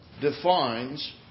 defines